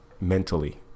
mentally